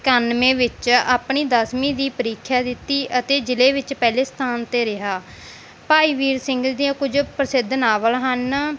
ਇੱਕਨਾਵੇਂ ਵਿੱਚ ਆਪਣੀ ਦਸਵੀਂ ਦੀ ਪ੍ਰੀਖਿਆ ਦਿੱਤੀ ਅਤੇ ਜ਼ਿਲ੍ਹੇ ਵਿੱਚ ਪਹਿਲੇ ਸਥਾਨ 'ਤੇ ਰਿਹਾ ਭਾਈ ਵੀਰ ਸਿੰਘ ਦੀਆਂ ਕੁਝ ਪ੍ਰਸਿੱਧ ਨਾਵਲ ਹਨ